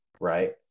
right